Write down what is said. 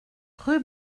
rue